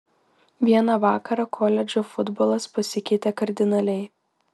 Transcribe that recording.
vieną vakarą koledžo futbolas pasikeitė kardinaliai